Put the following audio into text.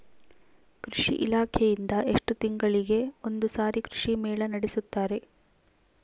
ಕೃಷಿ ಇಲಾಖೆಯಿಂದ ಎಷ್ಟು ತಿಂಗಳಿಗೆ ಒಂದುಸಾರಿ ಕೃಷಿ ಮೇಳ ನಡೆಸುತ್ತಾರೆ?